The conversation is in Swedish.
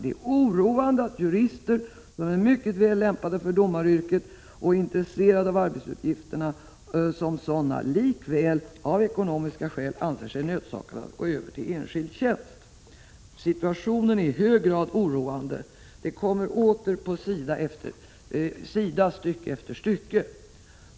Det är oroande, fortsätter domstolsverket, att jurister som är mycket väl lämpade för domaryrket och dessutom är intresserade av arbetsuppgifterna som sådana likväl av ekonomiska skäl anser sig nödsakade att gå över till enskild tjänst. Situationen är i hög grad oroande, skriver domstolsverket. Dessa uttalanden kommer åter på sida efter sida, i stycke efter stycke.